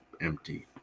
Empty